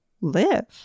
live